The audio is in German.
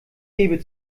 gebe